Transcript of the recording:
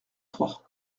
trois